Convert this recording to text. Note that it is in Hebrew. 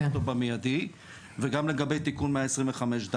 אותו באופן מיידי וגם לגבי תיקון 125/ד',